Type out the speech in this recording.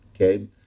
okay